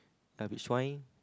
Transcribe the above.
a peach wine